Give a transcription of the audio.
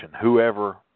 Whoever